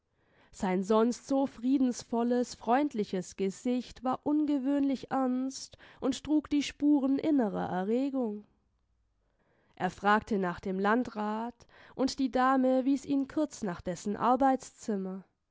sein sonst so friedensvolles freundliches gesicht war ungewöhnlich ernst und trug die spuren innerer erregung er fragte nach dem landrat und die dame wies ihn kurz nach dessen arbeitszimmer